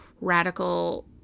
radical